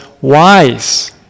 wise